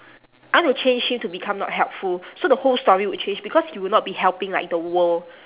I want to change him to become not helpful so the whole story would change because he would not be helping like the world